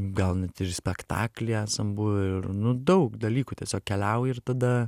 gal net ir spektakly esam buvę ir nu daug dalykų tiesiog keliauji ir tada